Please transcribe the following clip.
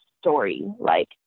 story-like